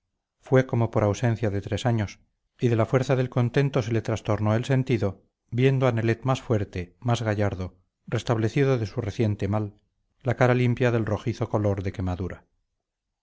fue como por ausencia de tres años y de la fuerza del contento se le trastornó el sentido viendo a nelet más fuerte más gallardo restablecido de su reciente mal la cara limpia del rojizo color de quemadura